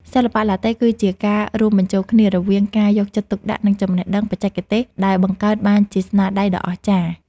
សិល្បៈឡាតេ គឺជាការរួមបញ្ចូលគ្នារវាងការយកចិត្តទុកដាក់ និងចំណេះដឹងបច្ចេកទេសដែលបង្កើតបានជាស្នាដៃដ៏អស្ចារ្យ។